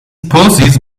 poses